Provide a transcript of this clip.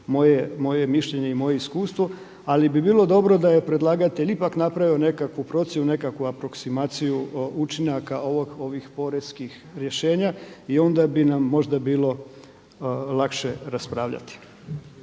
moje mišljenje i moje iskustvo. Ali bi bilo dobro da je predlagatelj ipak napravio nekakvu procjenu, nekakvu aproksimaciju učinaka ovih poreznih rješenja i onda bi nam možda bilo lakše raspravljati.